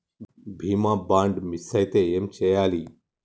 బీమా bond miss అయితే ఏం చేయాలి?